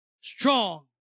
strong